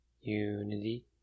Unity